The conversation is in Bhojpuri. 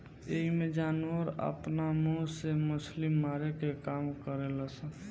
एइमें जानवर आपना मुंह से मछली मारे के काम करेल सन